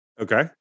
Okay